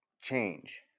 change